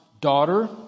daughter